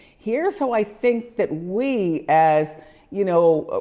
here's how i think that we, as you know